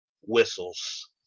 whistles